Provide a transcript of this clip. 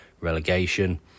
relegation